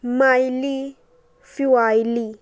ਮਾਈਲੀ ਫਿਊਆਲੀ